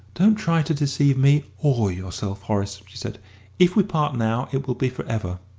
don't try to deceive me or yourself, horace, she said if we part now, it will be for ever.